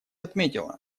отметила